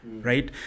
right